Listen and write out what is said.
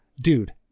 dude